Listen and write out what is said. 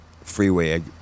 freeway